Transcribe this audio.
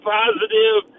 positive